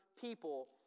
people